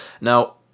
now